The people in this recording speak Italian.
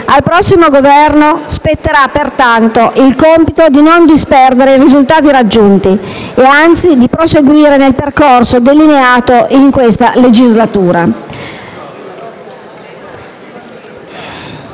Al prossimo Governo spetterà, pertanto, il compito di non disperdere i risultati raggiunti e di proseguire nel percorso delineato in questa legislatura.